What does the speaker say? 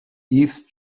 east